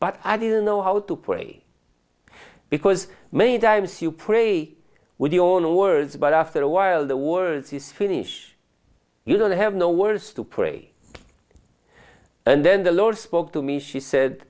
but i didn't know how to pray because many times you pray with your own words but after a while the word says finish you don't have no words to pray and then the lord spoke to me she said